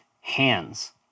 hands